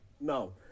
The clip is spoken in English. No